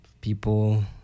people